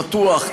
פתוח,